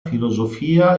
filosofia